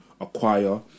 acquire